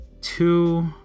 two